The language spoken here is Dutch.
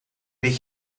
dit